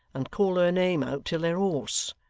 and call her name out till they're hoarse.